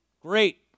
Great